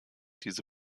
diese